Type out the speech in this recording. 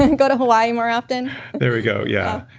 and go to hawaii more often there we go, yeah.